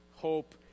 hope